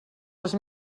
les